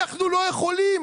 אנחנו לא יכולים,